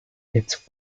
its